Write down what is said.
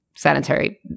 Sanitary